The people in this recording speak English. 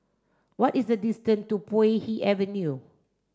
what is the distance to Puay Hee Avenue